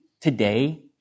today